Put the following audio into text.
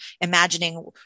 imagining